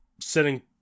sitting